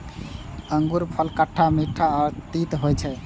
अंगूरफल खट्टा, मीठ आ तीत होइ छै